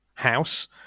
house